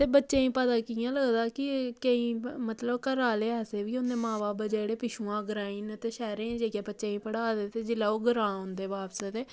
ते बच्चें गी पता कि'यां लगदा कि केईं मतलब घर आह्ले ऐसे बी होंदे मां बब्ब बी जेह्ड़े पिच्छुआं ग्राईं न ते शैह्रें च जाइयै बच्चें गी पढ़ांदे ते जेल्लै ओह् ग्रां औंदे बापस ते